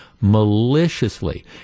maliciously